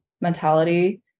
mentality